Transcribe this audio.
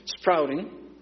sprouting